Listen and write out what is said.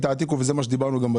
תעתיקו גם אותה,